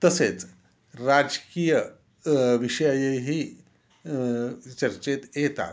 तसेच राजकीय विषयही चर्चेत येतात